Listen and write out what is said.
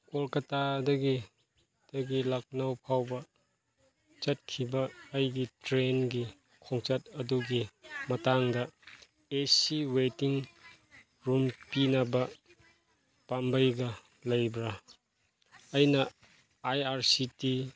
ꯀꯣꯜꯀꯇꯥꯗꯒꯤ ꯑꯗꯒꯤ ꯂꯛꯅꯧ ꯐꯥꯎꯕ ꯆꯠꯈꯤꯕ ꯑꯩꯒꯤ ꯇ꯭ꯔꯦꯟꯒꯤ ꯈꯣꯡꯆꯠ ꯑꯗꯨꯒꯤ ꯃꯇꯥꯡꯗ ꯑꯦ ꯁꯤ ꯋꯦꯇꯤꯡ ꯔꯨꯝ ꯄꯤꯅꯕ ꯄꯥꯝꯕꯩꯒ ꯂꯩꯕ꯭ꯔꯥ ꯑꯩꯅ ꯑꯥꯏ ꯑꯥꯔ ꯁꯤ ꯇꯤ